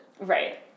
Right